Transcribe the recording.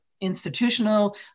institutional